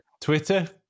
Twitter